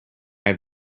have